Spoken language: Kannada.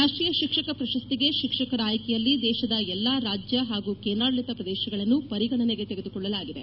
ರಾಷ್ಟೀಯ ಶಿಕ್ಷಕ ಪ್ರಶಸ್ತಿಗೆ ಶಿಕ್ಷಕರ ಆಯ್ಕೆಯಲ್ಲಿ ದೇಶದ ಎಲ್ಲ ರಾಜ್ಯ ಹಾಗೂ ಕೇಂದ್ರಾಡಳಿತ ಪ್ರದೇಶಗಳ ಪರಿಗಣನೆಗೆ ತೆಗೆದುಕೊಳ್ಳಲಾಗಿದೆ